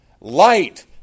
Light